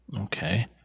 Okay